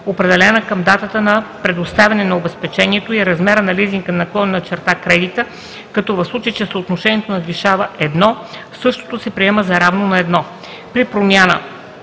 определена към датата на предоставяне на обезпечението и размера на лизинга/кредита, като в случай че съотношението надвишава 1, същото се приема за равно на 1;